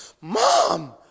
mom